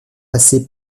passer